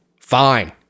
fine